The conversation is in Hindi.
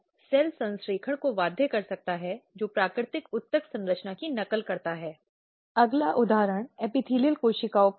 यह उन प्रकार के आरोपों को देने के लिए प्रेरित करता है जिन्हें स्थापित किया जाना था